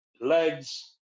legs